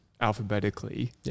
alphabetically